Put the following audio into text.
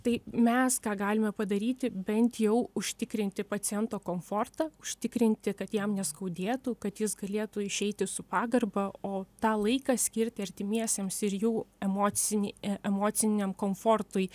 tai mes ką galime padaryti bent jau užtikrinti paciento komfortą užtikrinti kad jam neskaudėtų kad jis galėtų išeiti su pagarba o tą laiką skirti artimiesiems ir jų emocinį emociniam komfortui